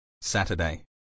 Saturday